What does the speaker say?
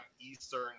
Eastern